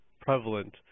prevalent